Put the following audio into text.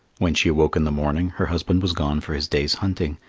when she awoke in the morning, her husband was gone for his day's hunting.